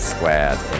Squared